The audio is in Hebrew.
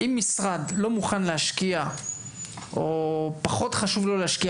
אם משרד לא מוכן להשקיע או פחות חשוב לו להשקיע